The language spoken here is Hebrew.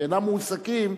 שאינם מועסקים,